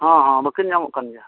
ᱦᱮᱸ ᱦᱮᱸ ᱵᱟᱹᱠᱤᱱ ᱧᱟᱢᱚᱜ ᱠᱟᱱ ᱜᱮᱭᱟ